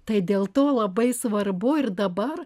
tai dėl to labai svarbu ir dabar